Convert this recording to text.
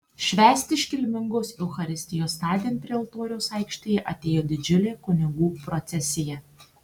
švęsti iškilmingos eucharistijos tądien prie altoriaus aikštėje atėjo didžiulė kunigų procesija